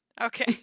okay